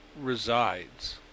resides